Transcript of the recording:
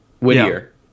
Whittier